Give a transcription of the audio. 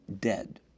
dead